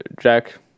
Jack